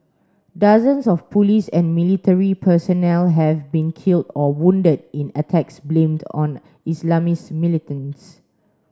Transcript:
dozens of police and military personnel have been killed or wounded in attacks blamed on Islamist militants